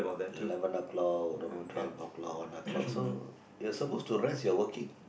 eleven o'clock don't know twelve o'clock one o'clock so you are supposed to rest you are working